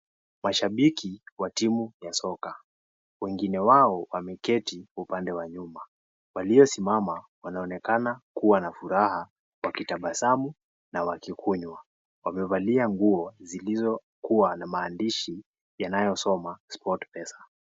Mashabiki wa timu ya soka, wengine wao wameketi upande wa nyuma, walio simama wanaonekana kuwa na furaha wakitabasamu na wakikunywa, wamevalia nguo zilizokuwa na maandishi yanayosoma Sportpesa.